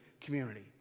community